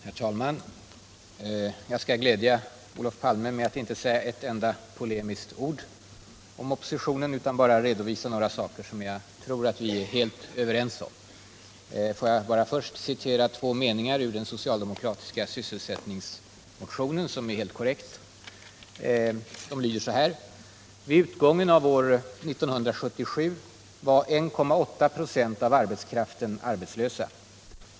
Herr talman! Jag skall glädja Olof Palme med att inte säga ett enda polemiskt ord om oppositionen utan bara redovisa några saker, som jag tror att vi är helt överens om. Får jag bara först citera två meningar, som är helt korrekta, ur den socialdemokratiska sysselsättningsmotionen. De har följande lydelse: ”Vid utgången av år 1977 var 1,8 procent av arbetskraften arbetslösa.